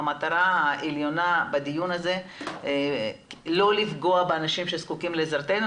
המטרה העליונה בדיון הזה לא לפגוע באנשים שזקוקים לעזרתנו,